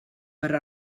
per